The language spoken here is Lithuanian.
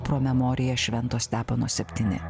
pro memoria švento stepono septyni